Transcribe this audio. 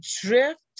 drift